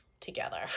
together